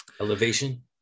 elevation